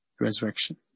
resurrection